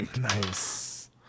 Nice